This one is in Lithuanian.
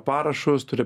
parašus turi